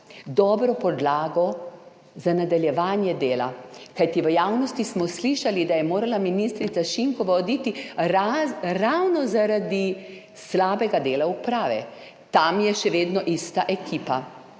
dobro podlago za nadaljevanje dela. Kajti v javnosti smo slišali, da je morala ministrica Šinkova oditi ravno zaradi slabega dela Uprave. Tam je še vedno ista ekipa.